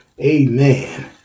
amen